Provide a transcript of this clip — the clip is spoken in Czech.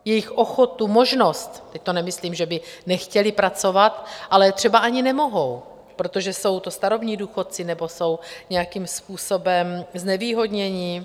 Jejich ochotu, možnost teď nemyslím, že by nechtěli pracovat, ale třeba ani nemohou, protože jsou to třeba starobní důchodci nebo jsou nějakým způsobem znevýhodněni?